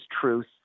truth